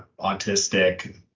autistic